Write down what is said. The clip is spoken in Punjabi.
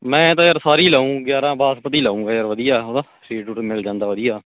ਮੈਂ ਤਾਂ ਯਾਰ ਸਾਰੀ ਹੀ ਲਾਊ ਗਿਆਰਾਂ ਬਾਸਮਤੀ ਲਊਂਗਾ ਯਾਰ ਵਧੀਆ ਹੈ ਨਾ ਰੇਟ ਰੂਟ ਮਿਲ ਜਾਂਦਾ ਵਧੀਆ